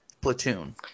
Platoon